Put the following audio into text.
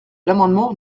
l’amendement